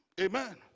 Amen